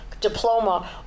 diploma